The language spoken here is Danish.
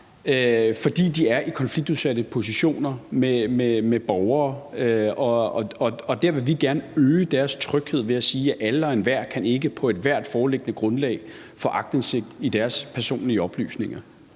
fordi de er i konfliktudsatte positioner med borgere. Der vil vi gerne øge deres tryghed ved at sige, at ikke alle og enhver på ethvert foreliggende grundlag kan få aktindsigt i deres personlige oplysninger.